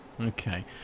Okay